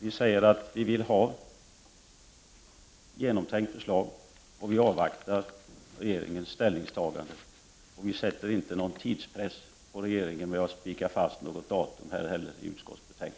Vi säger att vi vill ha genomtänkta förslag. Vi avvaktar regeringens ställningstagande. Vi sätter inte någon tidspress på regeringen — vi har inte slagit fast något datum i utskottsbetänkandet.